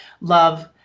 love